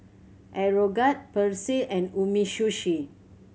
Aeroguard Persil and Umisushi